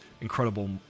incredible